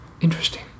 interesting